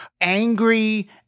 angry